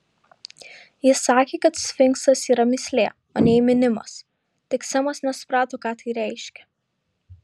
jis sakė kad sfinksas yra mįslė o ne įminimas tik semas nesuprato ką tai reiškia